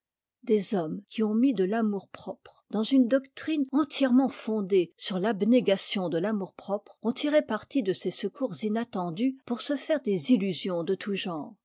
des hommes qui ont mis de l'amour propre dans une doctrine entièrement fondée sur l'abnégation de l'amour-propre ont tiré parti de ces secours inattendus pour se faire des illusions de tout genre